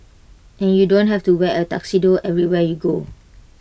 and you don't have to wear A tuxedo everywhere you go